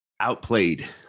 Outplayed